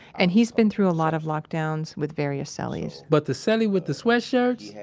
and he's been through a lot of lockdowns with various cellies but the so cellie with the sweatshirts,